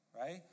right